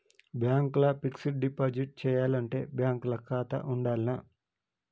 Bank ల fixed deposit చేయాలంటే bank ల ఖాతా ఉండాల్నా?